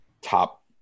top